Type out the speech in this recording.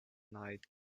night